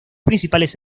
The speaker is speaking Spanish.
principales